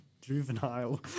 juvenile